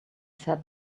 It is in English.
sat